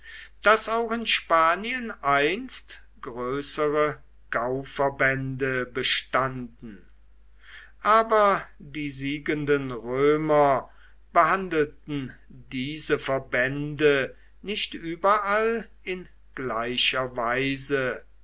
daß auch in spanien einst größere gauverbände bestanden aber die siegenden römer behandelten diese verbände nicht überall in gleicher weise